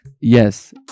Yes